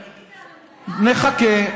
נחכה,